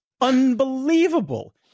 unbelievable